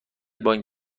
بانک